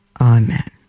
Amen